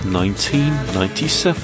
1997